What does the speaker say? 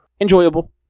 enjoyable